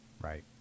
Right